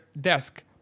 desk